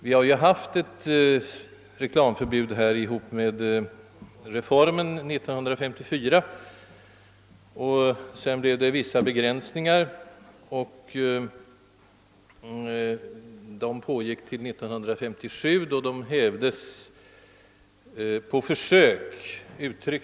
Vi har ju haft ett reklamförbud i samband med reformen 1954. Sedan blev det vissa reklambegränsningar, som gällde fram till 1957 då de — uttryckligen på försök — hävdes.